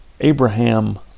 Abraham